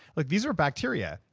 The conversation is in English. like these are bacteria.